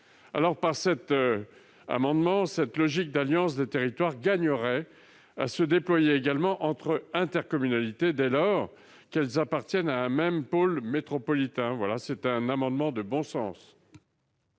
Nous pensons que cette logique d'alliance des territoires gagnerait à se déployer également entre intercommunalités, dès lors qu'elles appartiennent à un même pôle métropolitain. C'est un amendement de bon sens.